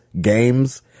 games